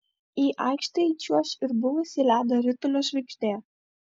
į aikštę įčiuoš ir buvusi ledo ritulio žvaigždė